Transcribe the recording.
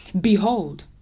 behold